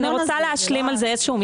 אני רוצה להשלים על זה איזה שהוא משפט.